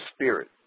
Spirit